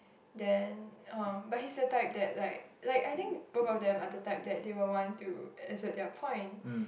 then um but he's the type that like like I think probably them are the type that are want to exert their point